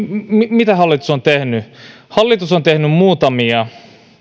tehnyt hallitus on tehnyt muutamia